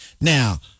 Now